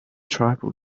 tribal